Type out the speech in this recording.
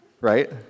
Right